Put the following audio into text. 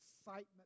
excitement